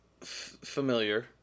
familiar